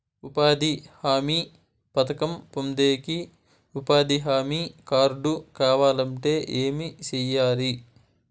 ఉపాధి హామీ పథకం పొందేకి ఉపాధి హామీ కార్డు కావాలంటే ఏమి సెయ్యాలి?